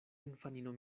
infanino